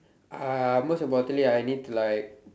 uh most importantly I need like